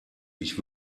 ich